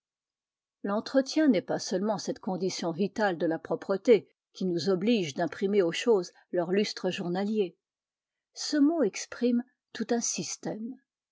l'entretien n'est pas seulement cette condition vitale de la propreté qui nous oblige d'imprimer aux choses leur lustre journalier ce mot exprime tout un système